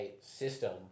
system